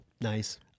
Nice